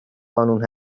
قانون